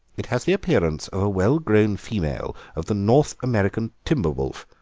it has the appearance of a well-grown female of the north american timber-wolf,